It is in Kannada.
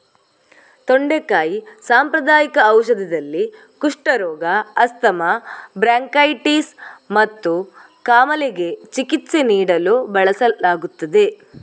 ತೊಂಡೆಕಾಯಿ ಸಾಂಪ್ರದಾಯಿಕ ಔಷಧದಲ್ಲಿ, ಕುಷ್ಠರೋಗ, ಆಸ್ತಮಾ, ಬ್ರಾಂಕೈಟಿಸ್ ಮತ್ತು ಕಾಮಾಲೆಗೆ ಚಿಕಿತ್ಸೆ ನೀಡಲು ಬಳಸಲಾಗುತ್ತದೆ